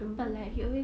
oo